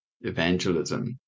evangelism